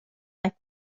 like